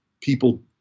people